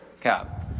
cap